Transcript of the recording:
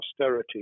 austerity